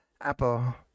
Apple